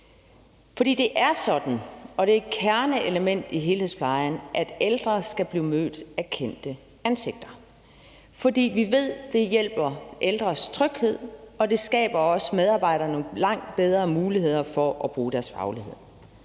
For det er sådan – og det er et kerneelement i helhedsplejen – at ældre skal blive mødt af kendte ansigter. For vi ved, at det hjælper i forhold til de ældres tryghed, og det giver også medarbejderne nogle langt bedre muligheder for at bruge deres faglighed.